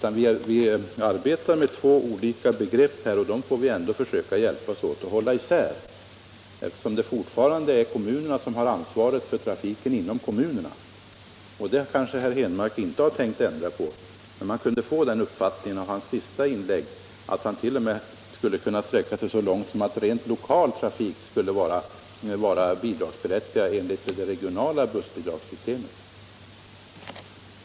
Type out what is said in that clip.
Vi arbetar med två olika begrepp, och vi får hjälpas åt att hålla dem isär, eftersom det fortfarande är kommunerna som har ansvaret för trafik inom kommunerna. Det kanske herr Henmark inte har tänkt ändra på. Men man kunde få den uppfattningen av hans senaste inlägg att han t.o.m. skulle kunna sträcka sig så långt att rent lokal trafik skulle vara bidragsberättigad enligt det regionala bussbidragssystemet.